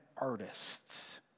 artists